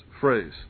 phrase